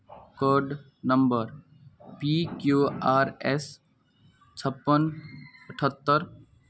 card number P Q R S छप्पन अठहत्तरि